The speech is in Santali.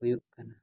ᱦᱩᱭᱩᱜ ᱠᱟᱱᱟ